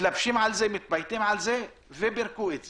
שמתלבשים על זה ופרקו את זה.